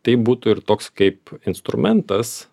tai būtų ir toks kaip instrumentas